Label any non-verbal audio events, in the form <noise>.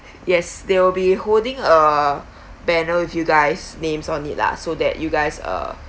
yes they will be holding a <breath> banner with you guys names on it lah so that you guys uh